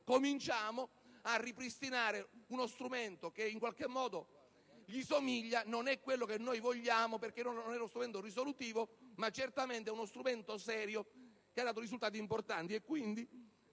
cominciamo a ripristinare uno strumento che, in qualche modo, gli somigli. Non è lo strumento che vogliamo, perché ancora non è un intervento risolutivo, ma certamente è uno strumento serio che ha dato risultati importanti